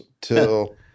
till